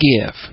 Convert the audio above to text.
give